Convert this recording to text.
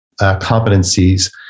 competencies